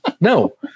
No